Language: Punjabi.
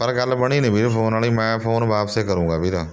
ਪਰ ਗੱਲ ਬਣੀ ਨਹੀਂ ਵੀਰ ਫੋਨ ਵਾਲ਼ੀ ਮੈਂ ਫੋਨ ਵਾਪਸ ਕਰੂੰਗਾ ਵੀਰ